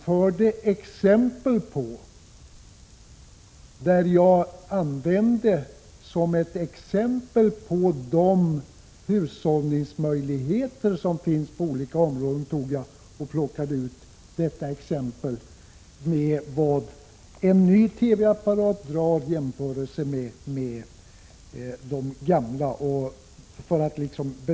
För att belysa de hushållningsmöjligheter som finns på olika områden plockade jag ut detta exempel — vad en ny TV-apparat drar i jämförelse med de gamla apparaterna.